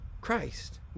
Christ